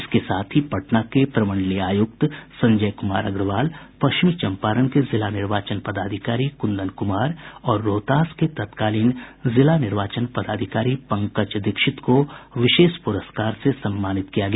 इसके साथ ही पटना के प्रमंडलीय आयुक्त संजय कुमार अग्रवाल पश्चिमी चंपारण के जिला निर्वाचन पदाधिकारी कुंदन कुमार और रोहतास के तत्कालीन जिला निर्वाचन पदाधिकारी पंकज दीक्षित को विशेष पुरस्कार से सम्मानित किया गया